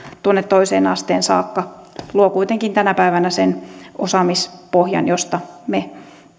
tuonne toiseen asteeseen saakka luo kuitenkin tänä päivänä sen osaamispohjan josta me